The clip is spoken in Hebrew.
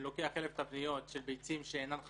הוא לוקח 1,000 תבניות של ביצים שאינן חתומות,